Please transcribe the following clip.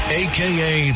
aka